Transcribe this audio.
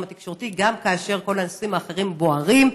התקשורתי גם כאשר כל הנושאים האחרים בוערים.